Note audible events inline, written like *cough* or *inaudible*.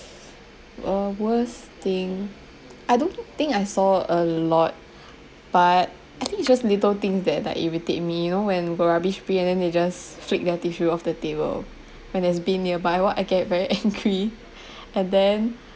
uh worst thing I don't think I saw a lot but I think it's just little thing that like irritate me you know when got rubbish bin and then they just flick their tissue off the table when there's bin nearby !wah! I get very angry *laughs* and then